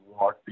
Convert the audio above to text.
walk